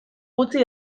gutxi